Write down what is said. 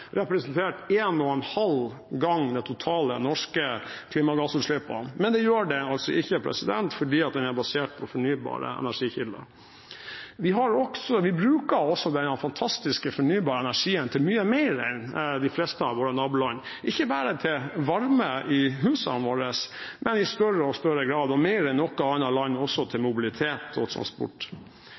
representert en og en halv gang de totale norske klimagassutslippene, men det gjør den altså ikke, fordi den er basert på fornybare energikilder. Vi bruker også denne fantastiske fornybare energien til mye mer enn de fleste av våre naboland, ikke bare til varme i husene våre, men i større og større grad og mer enn noe annet land også til mobilitet og transport.